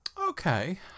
okay